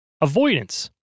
Avoidance